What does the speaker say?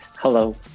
Hello